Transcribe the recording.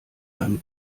einem